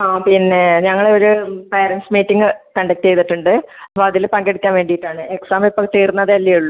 ആ പിന്നെ ഞങ്ങളൊരു പാരൻറ്സ് മീറ്റിംഗ് കണ്ടക്ട് ചെയ്തിട്ടുണ്ട് അപ്പോൾ അതിൽ പങ്കെടുക്കാൻ വേണ്ടിയിട്ടാണ് എക്സാം ഇപ്പോൾ തീർന്നതല്ലേ ഉള്ളൂ